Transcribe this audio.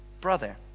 brother